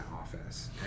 office